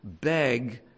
beg